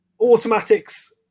Automatics